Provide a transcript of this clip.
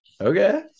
Okay